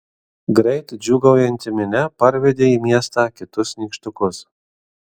greit džiūgaujanti minia parvedė į miestą kitus nykštukus